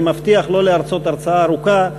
אני מבטיח לא להרצות הרצאה ארוכה.